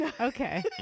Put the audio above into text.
Okay